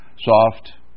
soft